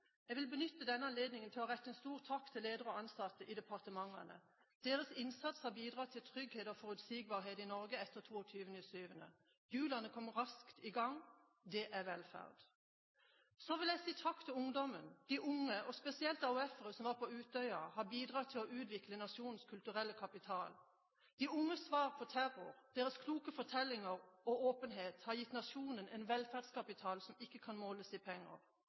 Jeg vil benytte denne anledningen til å rette en stor takk til ledere og ansatte i departementene. Deres innsats har bidratt til trygghet og forutsigbarhet i Norge etter 22. juli. Hjulene kom raskt i gang – det er velferd. Så vil jeg si takk til ungdommen, de unge – og spesielt AUF-ere som var på Utøya – som har bidratt til å utvikle nasjonens kulturelle kapital. De unges svar på terror, deres kloke fortellinger og åpenhet har gitt nasjonen en velferdskapital som ikke kan måles i penger.